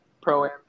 Pro-Am